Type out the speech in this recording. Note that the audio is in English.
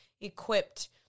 equipped